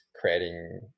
creating